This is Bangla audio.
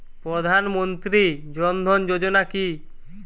প্রধান মন্ত্রী জন ধন যোজনা কি?